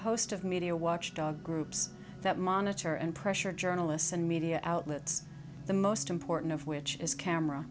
host of media watchdog groups that monitor and pressure journalists and media outlets the most important of which is camera